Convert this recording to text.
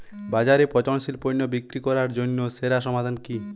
বাজারে পচনশীল পণ্য বিক্রি করার জন্য সেরা সমাধান কি?